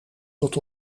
tot